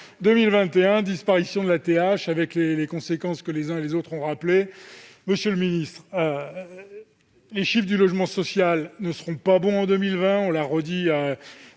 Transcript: taxe d'habitation, avec les conséquences que les uns et les autres ont rappelées. Monsieur le ministre, les chiffres du logement social ne seront pas bons en 2020. Nous l'avons